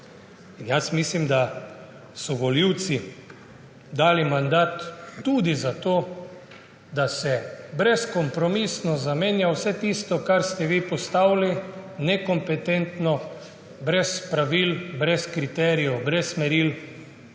Jaz mislim, da so volivci dali mandat tudi za to, da se brezkompromisno zamenja vse tisto, ker ste vi postavili nekompetentno, brez pravil, brez kriterijev, brez meril.